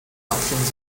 options